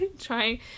Trying